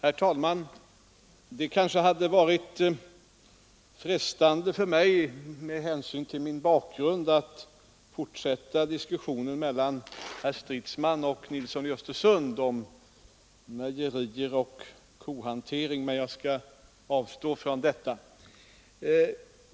Herr talman! Det vore med hänsyn till min bakgrund frestande att fortsätta diskussionen mellan herrar Stridsman och Nilsson i Östersund om mejerioch kohantering, men jag skall avstå från detta.